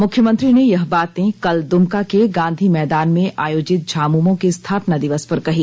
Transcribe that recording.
मुख्यमंत्री ने यह बातें कल दुमका के गांधी मैदान में आयोजित झामुमो के स्थापना दिवस पर कही